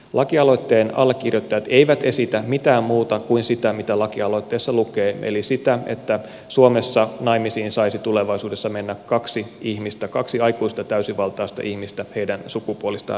lakialoitteen allekirjoittajat eivät esitä mitään muuta kuin sitä mitä lakialoitteessa lukee eli sitä että suomessa saisi tulevaisuudessa mennä naimisiin kaksi ihmistä kaksi aikuista täysivaltaista ihmistä sukupuolestaan riippumatta